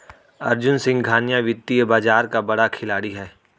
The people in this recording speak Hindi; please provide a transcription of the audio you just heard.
अर्जुन सिंघानिया वित्तीय बाजार का बड़ा खिलाड़ी है